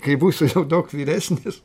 kai būsiu daug vyresnis